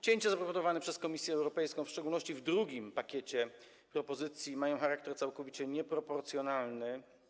Cięcia zaproponowane przez Komisję Europejską, w szczególności w drugim pakiecie propozycji, mają charakter całkowicie nieproporcjonalny.